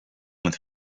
with